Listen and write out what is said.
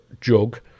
jug